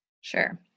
sure